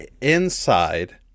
inside